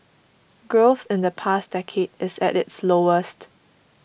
growth in the past decade is at its lowest